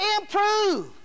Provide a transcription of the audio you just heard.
improve